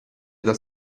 dal